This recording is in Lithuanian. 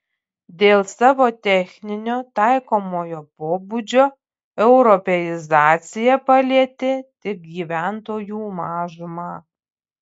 dėl savo techninio taikomojo pobūdžio europeizacija palietė tik gyventojų mažumą